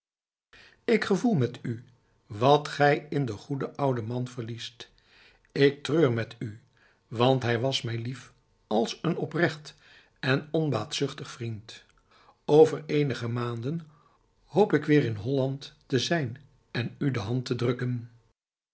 ik gevoel met u wat gij in den goeden ouden man verliest ik treur met u want hij was mij lief als een oprecht en onbaatzuchtig vriend over eenige maanden hoop ik weer in holland te zijn en u de hand te drukken